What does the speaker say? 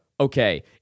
okay